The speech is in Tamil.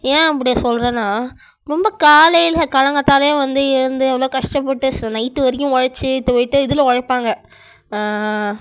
ஏன் அப்படி சொல்கிறேன்னா ரொம்ப காலையில் காலங்காத்தால வந்து எழுந்து எவ்வளோ கஷ்டப்பட்டு ஸோ நைட்டு வரைக்கும் உழச்சி துவைத்து இதில் உழப்பாங்க